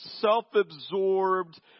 self-absorbed